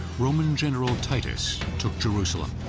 roman general titus took jerusalem.